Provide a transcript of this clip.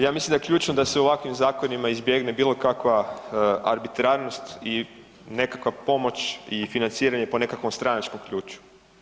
Ja mislim da je ključno da se u ovakvim zakonima izbjegne bilokakva arbitrarnost i nekakva pomoć i financiranje po nekakvom stranačkom ključu.